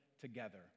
together